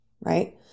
right